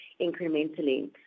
incrementally